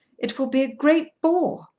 it will be a great bore.